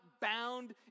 bound